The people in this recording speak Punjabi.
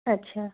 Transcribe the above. ਅੱਛਾ